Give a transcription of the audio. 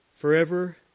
forever